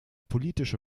politische